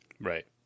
Right